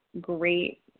great